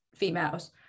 females